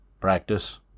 practice